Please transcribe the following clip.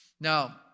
Now